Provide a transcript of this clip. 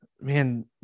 man